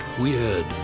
weird